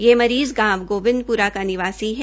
यह मरीज़ गांव गोबिंदप्रा का निवासी है